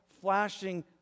flashing